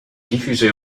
diffusée